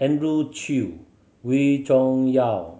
Andrew Chew Wee Cho Yaw